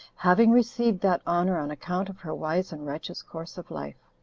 having received that honor on account of her wise and righteous course of life.